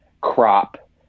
crop